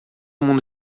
mundo